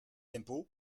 impôts